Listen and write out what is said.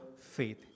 faith